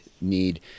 need